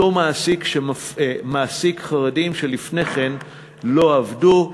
אותו מעסיק שמעסיק חרדים שלפני כן לא עבדו.